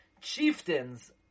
chieftains